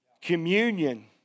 Communion